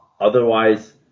Otherwise